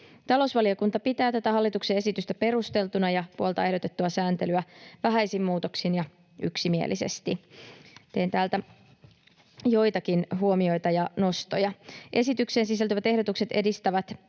Talousvaliokunta pitää tätä hallituksen esitystä perusteltuna ja puoltaa ehdotettua sääntelyä vähäisin muutoksin ja yksimielisesti. Teen täältä joitakin huomioita ja nostoja: Esitykseen sisältyvät ehdotukset edistävät